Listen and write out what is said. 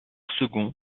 second